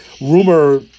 rumor